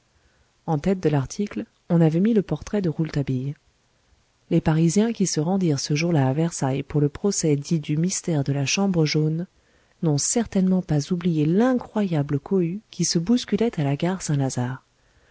en tête de l'article on avait mis le portrait de rouletabille les parisiens qui se rendirent ce jour-là à versailles pour le procès dit du mystère de la chambre jaune n'ont certainement pas oublié l'incroyable cohue qui se bousculait à la gare